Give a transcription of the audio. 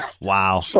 Wow